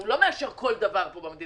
הרי הוא לא מאשר כל דבר במדינה?